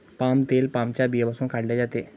palm तेल पामच्या बियांपासून काढले जाते